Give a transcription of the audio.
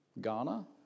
Ghana